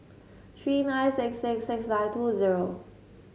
three nine six six six nine two zero